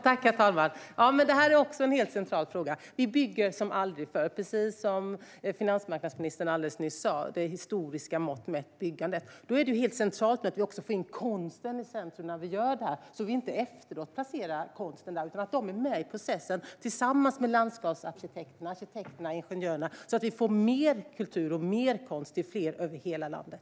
Herr talman! Det är också en central fråga. Vi bygger som aldrig förr. Precis som finansmarknadsministern sa alldeles nyss är det ett historiskt högt byggande. Det är centralt att vi också får in konsten i centrum när vi gör detta så att vi inte placerar konsten där efteråt. Konstnärerna ska vara med i processen tillsammans med landskapsarkitekterna, arkitekterna och ingenjörerna så att vi får mer kultur och konst till fler över hela landet.